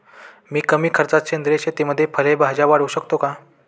मी कमी खर्चात सेंद्रिय शेतीमध्ये फळे भाज्या वाढवू शकतो का?